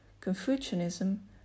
Confucianism